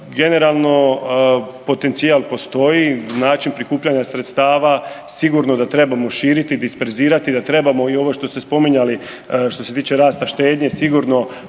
generalno potencijal postoji, način prikupljanja sredstava sigurno da trebamo širiti, disperzirati, da trebamo i ovo što ste spominjali, što se tiče rasta štednje sigurno